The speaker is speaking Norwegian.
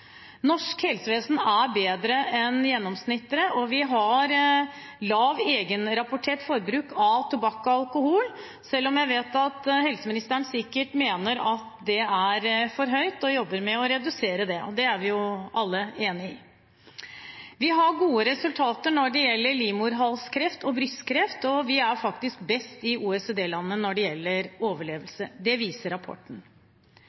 Norsk helsevesen er bedre enn gjennomsnittet, og vi har lavt egenrapportert forbruk av tobakk og alkohol, selv om jeg vet at helseministeren sikkert mener at det er for høyt og jobber med å redusere det. Det er vi alle enig i. Vi har gode resultater når det gjelder livmorhalskreft og brystkreft, og vi er faktisk best av OECD-landene når det gjelder